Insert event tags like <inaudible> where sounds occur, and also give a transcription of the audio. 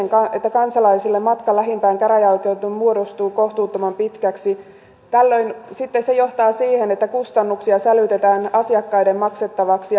kansalaisilla matka lähimpään käräjäoikeuteen muodostuu kohtuuttoman pitkäksi sitten se johtaa siihen että kustannuksia sälytetään asiakkaiden maksettavaksi <unintelligible>